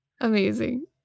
Amazing